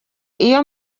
iyo